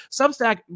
Substack